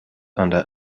under